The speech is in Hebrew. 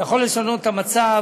יכול לשנות את המצב.